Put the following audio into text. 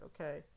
okay